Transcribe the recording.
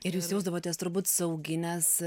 ir jūs jausdavotės turbūt saugi nes